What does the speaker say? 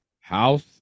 House